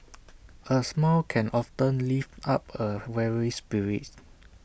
A smile can often lift up A weary spirit